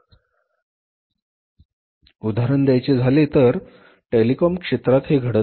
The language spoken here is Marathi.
उदाहरण द्यायचे झाले तर टेलिकॉम क्षेत्रात हे घडत आहे